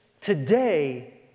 Today